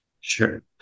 Sure